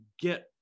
get